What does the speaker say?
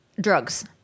Drugs